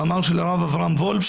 מאמר של הרב אברהם וולף,